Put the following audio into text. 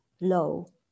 low